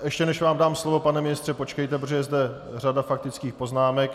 Ještě než vám dám slovo, pane ministře, počkejte, protože je zde řada faktických poznámek.